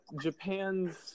Japan's